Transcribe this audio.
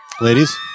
Ladies